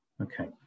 Okay